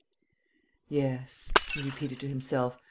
yes, he repeated to himself,